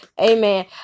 Amen